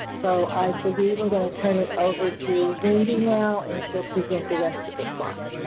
so, i believe i'm going to turn it over to wendy now, and she'll present the rest of the slides.